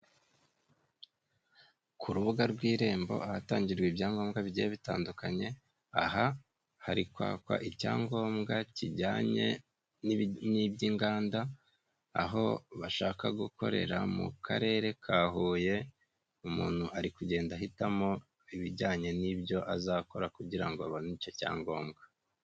Ku rubuga rw'irembo, ahatangirwa ibyangombwa bigiye bitandukanye, aha hari kwakwa icyangombwa kijyanye n'iby'inganda, aho bashaka gukorera mu karere ka Huye, umuntu ari kugenda ahitamo ibijyanye n'ibyo azakora, kugira ngo abone icyo cyangombwa.